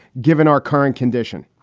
given our current condition?